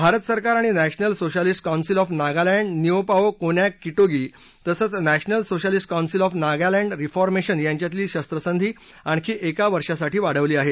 भारत सरकार आणि National Socialist Council of Nagaland Neopao Konyak Kitovi तसंच National Socialist Council of Nagaland Reformation यांच्यातली शस्त्रसंधी आणखी एका वर्षासाठी वाढवली आहे